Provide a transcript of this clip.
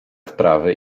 wprawy